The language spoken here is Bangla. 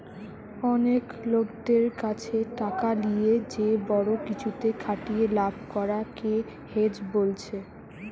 অনেক লোকদের কাছে টাকা লিয়ে যে বড়ো কিছুতে খাটিয়ে লাভ করা কে হেজ বোলছে